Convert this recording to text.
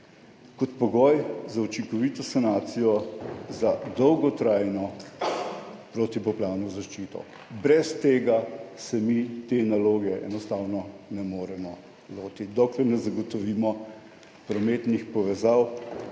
kot pogoj za učinkovito sanacijo za dolgotrajno protipoplavno zaščito. Brez tega se mi te naloge enostavno ne moremo lotiti, dokler ne zagotovimo prometnih povezav